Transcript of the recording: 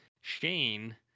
Shane